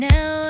Now